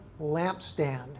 lampstand